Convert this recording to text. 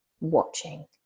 watching